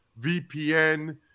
vpn